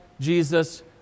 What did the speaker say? Jesus